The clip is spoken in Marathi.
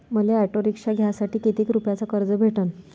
मले ऑटो रिक्षा घ्यासाठी कितीक रुपयाच कर्ज भेटनं?